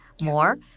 more